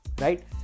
right